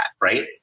right